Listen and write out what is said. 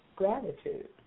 gratitude